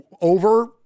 over